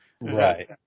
Right